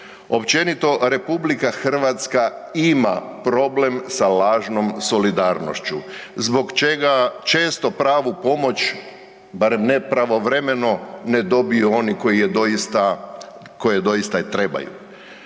Općenito RH ima problem sa lažnom solidarnošću zbog čega često pravu pomoć barem ne pravovremeno ne dobiju oni koji je doista, koji